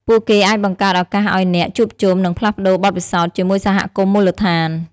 ពួកគេអាចបង្កើតឱកាសឲ្យអ្នក ជួបជុំ និងផ្លាស់ប្តូរបទពិសោធន៍ ជាមួយសហគមន៍មូលដ្ឋាន។